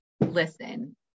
listen